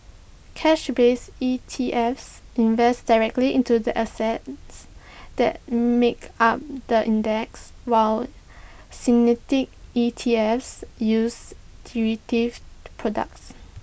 cash based E T Fs invest directly into the assets that make up the index while synthetic E T Fs use derivative products